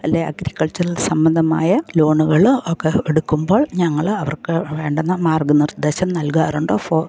അല്ലെങ്കിൽ അഗ്രികൾച്ചറൽ സംബന്ധമായ ലോണുകളോ ഒക്കെ എടുക്കുമ്പോൾ ഞങ്ങൾ അവർക്ക് വേണ്ടുന്ന മാർഗ്ഗനിർദ്ദേശം നൽക്കാറുണ്ട്